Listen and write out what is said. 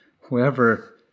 Whoever